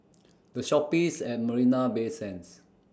The Shoppes At Marina Bay Sands